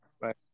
Right